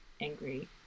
angry